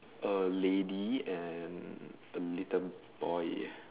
a lady and a little boy